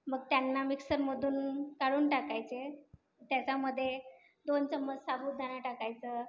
मग त्यांना मिक्सरमधून काढून टाकायचे त्याच्यामध्ये दोन चम्मच साबुदाना टाकायचा